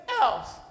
else